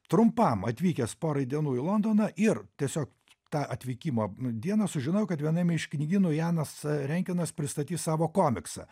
trumpam atvykęs porai dienų į londoną ir tiesiog tą atvykimo dieną sužinojau kad vienam iš knygynų janas rentgenas pristatys savo komiksą